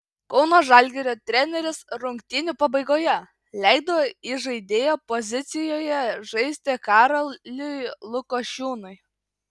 kauno žalgirio treneris rungtynių pabaigoje leido įžaidėjo pozicijoje žaisti karoliui lukošiūnui